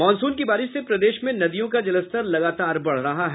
monsoon की बारिश से प्रदेश में नदियों का जलस्तर लगातार बढ़ रहा है